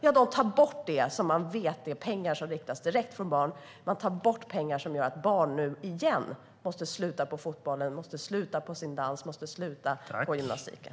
Jo, tar bort det som man vet är pengar som riktas direkt till barn, tar bort pengar som gör att barn nu igen måste sluta på fotbollen, sluta på sin dans, sluta på gymnastiken.